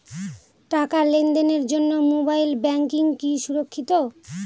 টাকা লেনদেনের জন্য মোবাইল ব্যাঙ্কিং কি সুরক্ষিত?